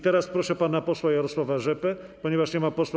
Teraz proszę pana posła Jarosława Rzepę, ponieważ nie ma pana posła